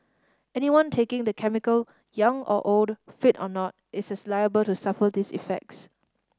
anyone taking the chemical young or old fit or not is as liable to suffer these effects